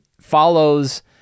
follows